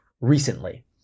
recently